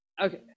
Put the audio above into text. Okay